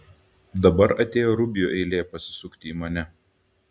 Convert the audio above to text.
dabar atėjo rubio eilė pasisukti į mane